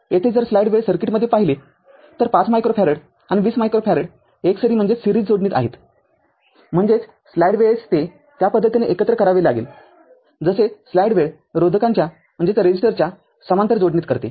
येथे जर स्लाइड वेळ सर्किटमध्ये पाहिले तर ५ मायक्रोफॅरड आणि २० मायक्रोफॅरड एकसरी जोडणीत आहेतम्हणजेचस्लाईड वेळेस ते त्या पद्धतीने एकत्र करावे लागेल जसे स्लाईड वेळ रोधकांच्या समांतर जोडणीत करते